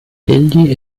egli